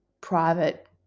private